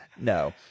No